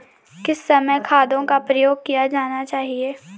किस समय खादों का प्रयोग किया जाना चाहिए?